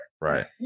Right